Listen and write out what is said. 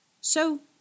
So